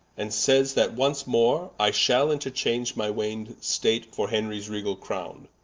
and sayes, that once more i shall enterchange my wained state, for henries regall crowne.